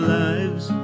lives